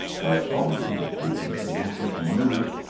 but, owing to the frequency with which he moved,